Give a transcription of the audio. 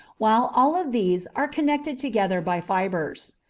while all of these are connected together by fibres.